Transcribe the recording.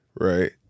right